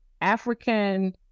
African